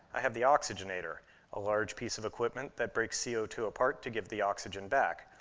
i had the oxygenator a large piece of equipment that breaks c o two apart to give the oxygen back,